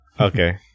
Okay